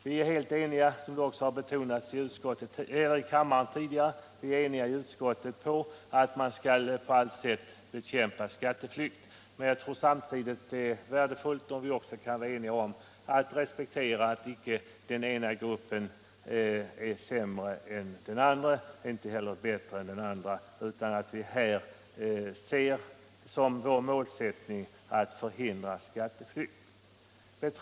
Vi är, som också betonats i kammaren tidigare, helt eniga i utskottet om att man på allt sätt skall bekämpa skatteflykt, men jag tror samtidigt att det är värdefullt om vi också kan vara ense om att den ena gruppen varken är bättre eller sämre än den andra. Vad vi bör se som vår målsättning är att förhindra skatteflykt.